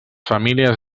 famílies